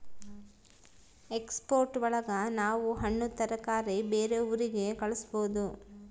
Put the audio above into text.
export ಒಳಗ ನಾವ್ ಹಣ್ಣು ತರಕಾರಿ ಬೇರೆ ಊರಿಗೆ ಕಳಸ್ಬೋದು